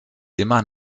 immer